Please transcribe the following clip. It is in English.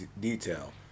detail